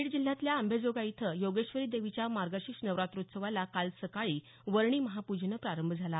बीड जिल्ह्यातल्या अंबाजोगाई इथं योगेश्वरी देवीच्या मार्गशीर्ष नवरात्रोत्सवाला काल सकाळी वर्णी महापूजेनं प्रारंभ झाला